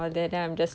oh